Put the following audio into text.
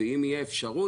ושאם תהיה אפשרות,